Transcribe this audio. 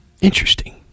Interesting